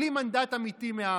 בלי מנדט אמיתי מהעם.